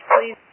Please